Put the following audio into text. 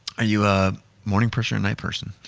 ah you a morning person or a night person?